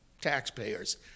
taxpayers